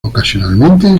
ocasionalmente